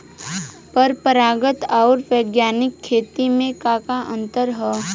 परंपरागत आऊर वैज्ञानिक खेती में का अंतर ह?